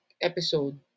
episode